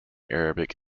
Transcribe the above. arabic